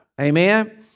amen